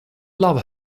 love